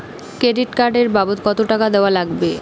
Credit card এর বাবদ কতো টাকা দেওয়া লাগবে?